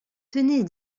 tenez